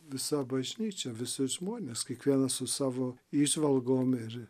visa bažnyčia visi žmonės kiekvienas su savo įžvalgom ir